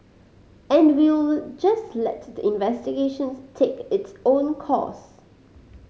and we'll just let the investigations take its own course